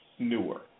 newer